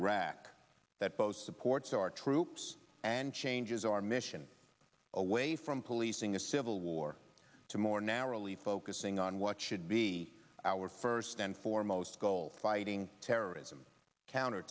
iraq that both supports our troops and changes our mission away from policing a civil war to more narrowly focusing on what should be our first and foremost goal fighting terrorism counter